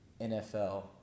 NFL